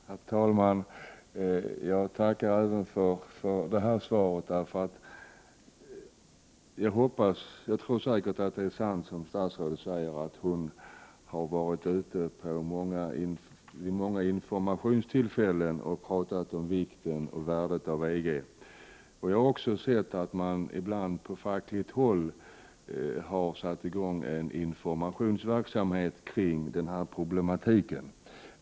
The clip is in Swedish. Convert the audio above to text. Herr talman! Jag tackar även för detta svar. Jag tror säkert att det är sant som statsrådet säger att hon har varit ute vid många informationstillfällen och talat om vikten och värdet av EG. Jag har också sett att man ibland från fackligt håll satt i gång en informationsverksamhet kring dessa problem.